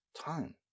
time